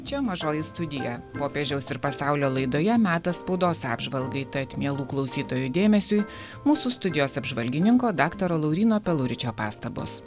čia mažoji studija popiežiaus ir pasaulio laidoje metas spaudos apžvalgai tad mielų klausytojų dėmesiui mūsų studijos apžvalgininko daktaro lauryno peluričio pastabos